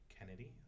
Kennedy